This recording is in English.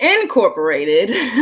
Incorporated